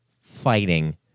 fighting